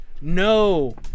no